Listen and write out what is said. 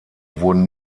wurden